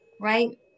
right